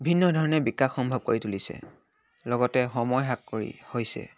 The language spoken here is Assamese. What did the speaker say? ভিন্ন ধৰণে বিকাশ সম্ভৱ কৰি তুলিছে লগতে সময় হ্ৰাস কৰি হৈছে